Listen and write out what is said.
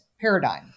paradigm